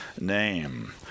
name